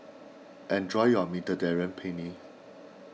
enjoy your Mediterranean Penne